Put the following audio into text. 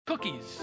cookies